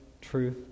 truth